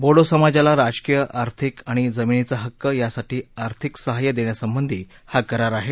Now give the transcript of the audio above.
बोडो समाजाला राजकीय आर्थिक आणि जमीनीचा हक्क यासाठी आर्थिक साह्य देण्यासंबंधी हा करार आहे